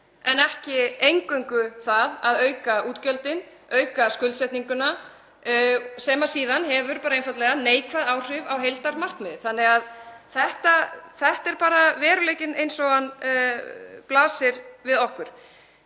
en ekki eingöngu það að auka útgjöldin, auka skuldsetninguna sem síðan hefur einfaldlega neikvæð áhrif á heildarmarkmiðið. Þetta er bara veruleikinn eins og hann blasir við okkur.